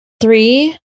three